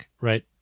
right